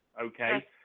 okay